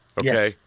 okay